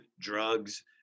drugs